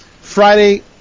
Friday